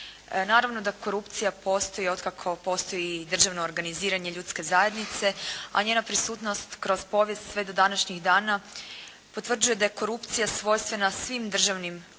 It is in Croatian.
Naravno da korupcija postoji otkako postoji i državno organiziranje ljudske zajednice, a njena prisutnost kroz povijest sve do današnjih dana potvrđuje da je korupcija svojstvena svim državnim uređenjima